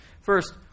First